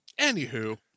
Anywho